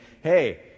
hey